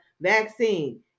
vaccine